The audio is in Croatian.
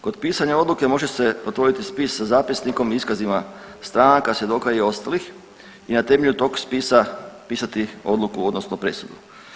Kod pisanja odluke može se otvoriti spis sa zapisnikom, iskazima stranka, svjedoka i ostalih i na temelju tog spisa pisati odluku odnosno presudu.